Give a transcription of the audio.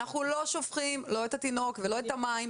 אנחנו לא שופכים לא את התינוק ולא את המים,